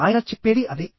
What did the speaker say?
ఆయన చెప్పేది అదే